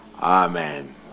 Amen